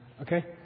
Okay